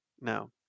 No